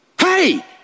Hey